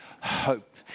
hope